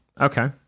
Okay